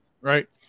right